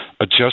adjust